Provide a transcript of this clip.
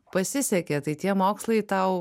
pasisekė tai tie mokslai tau